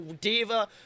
diva